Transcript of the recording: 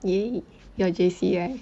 !ee! your J_C right